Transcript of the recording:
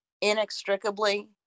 inextricably